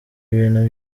ibintu